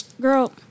Girl